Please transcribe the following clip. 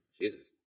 Jesus